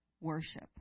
worship